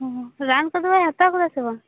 ᱚ ᱨᱟᱱ ᱠᱚᱫᱚᱵᱮᱱ ᱦᱟᱛᱟᱣ ᱟᱠᱟᱫᱟ ᱥᱮ ᱵᱚᱝ